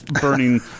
burning